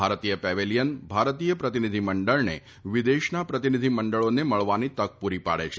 ભારતીય પેવેલીયન ભારતીય પ્રતિનિધિમંડળને વિદેશના પ્રતિનિધિમંડળોને મળવાની તક પૂરી પાડે છે